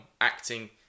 acting